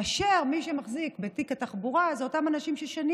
מי שמחזיק בתיק התחבורה זה אותם אנשים ששנים